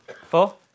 four